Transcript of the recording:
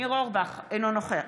אינו נוכח